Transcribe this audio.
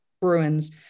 Bruins